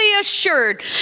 assured